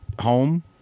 home